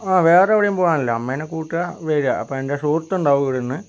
ആ വേറെവിടേം പോകാനല്ല അമ്മേനെ കൂട്ടുക വരിക അപ്പ എൻ്റെ സുഹൃത്തുണ്ടാകും ഇവിടുന്ന്